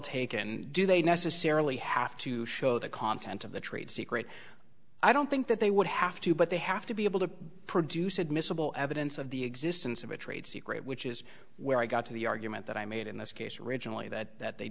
taken do they necessarily have to show the content of the trade secret i don't think that they would have to but they have to be able to produce admissible evidence of the existence of a trade secret which is where i got to the argument that i made in this case originally that that they